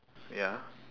ya